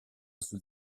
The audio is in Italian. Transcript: sul